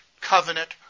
covenant